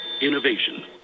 Innovation